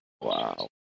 Wow